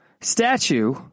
statue